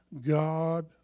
God